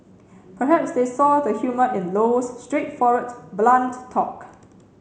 perhaps they saw the humour in Low's straightforward blunt talk